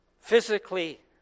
physically